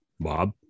Bob